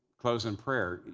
close in prayer.